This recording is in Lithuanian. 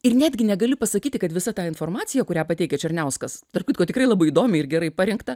ir netgi negali pasakyti kad visa ta informacija kurią pateikė černiauskas tarp kitko tikrai labai įdomiai ir gerai parinkta